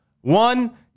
one